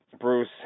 Bruce